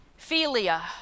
Philia